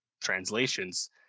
translations